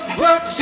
work